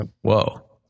Whoa